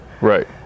right